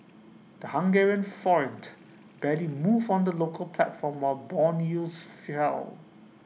the Hungarian forint barely moved on the local platform while Bond yields fell